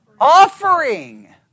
offering